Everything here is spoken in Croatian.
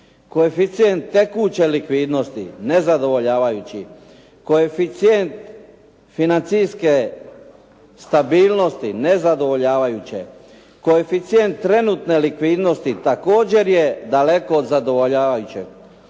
Koeficijent tekuće likvidnosti, nezadovoljavajući. Koeficijent financijske stabilnosti, nezadovoljavajuće. Koeficijent trenutne likvidnosti, također je daleko od zadovoljavajućeg.